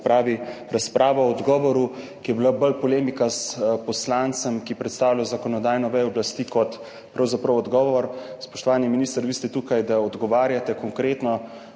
opravi razprava o odgovoru, ki je bila bolj polemika s poslancem, ki predstavlja zakonodajno vejo oblasti, kot pravzaprav odgovor. Spoštovani minister, vi ste tukaj, da odgovarjate konkretno,